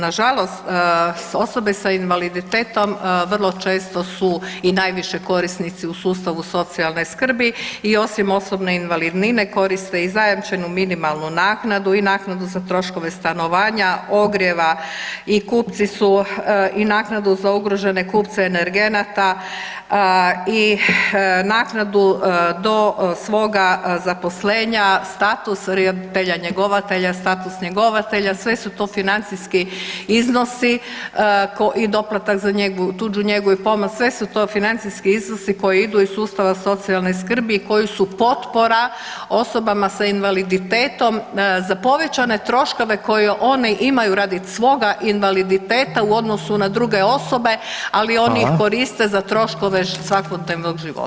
Nažalost osobe sa invaliditetom vrlo često su i najviše korisnici u sustavu socijalne skrbi i osim osobne invalidnine koriste i zajamčenu minimalnu naknadu i naknadu za troškove stanovanja, ogrijeva i naknadu za ugrožene kupce energenata i naknadu do svoga zaposlenja status roditelja njegovatelja, status njegovatelja sve su to financijski iznosi i doplatak za njegu, tuđu njegu i pomoć sve su to financijski iznosi koji idu iz socijalne skrbi i koji su potpora osobama s invaliditetom za povećane troškove koje one imaju radi svoga invaliditeta u odnosu na druge osobe, ali oni ih koriste za troškove svakodnevnog života.